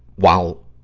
while,